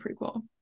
prequel